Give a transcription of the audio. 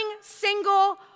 single